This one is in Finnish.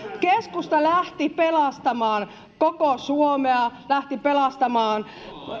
keskusta lähti pelastamaan koko suomea lähti pelastamaan